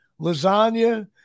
lasagna